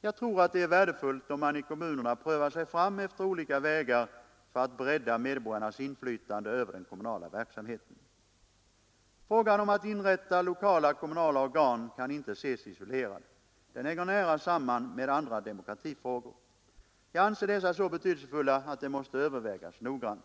Jag tror att det är värdefullt om man i kommunerna prövar sig fram efter olika vägar för att bredda medborgarnas inflytande över den kommunala verksamheten. Frågan om att inrätta lokala kommunala organ kan inte ses isolerad. Den hänger nära samman med andra demokratifrågor. Jag anser dessa så betydelsefulla att de måste övervägas noggrant.